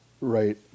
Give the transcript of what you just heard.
right